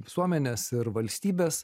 visuomenės ir valstybės